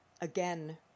again